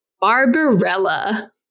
Barbarella